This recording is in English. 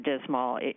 dismal